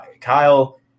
Kyle